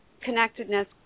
connectedness